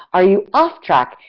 are you off track?